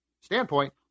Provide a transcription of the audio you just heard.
standpoint